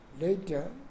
later